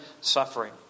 suffering